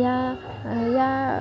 या या